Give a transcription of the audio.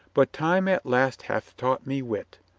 but time at last hath taught me wit,